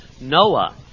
Noah